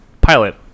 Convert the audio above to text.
pilot